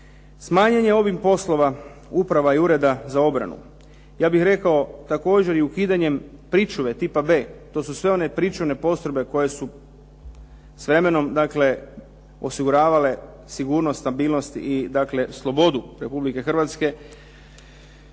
smanjen je obim poslova uprava i ureda za obranu, ja bih rekao, također i ukidanjem pričuve tipa B. To su sve one pričuvne postrojbe koje su s vremenom dakle osiguravale sigurnost, stabilnost i dakle slobodu Republike Hrvatske.